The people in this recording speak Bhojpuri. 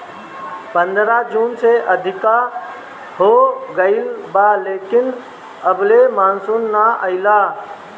पंद्रह जून से अधिका हो गईल बा लेकिन अबले मानसून नाइ आइल